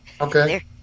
Okay